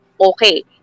Okay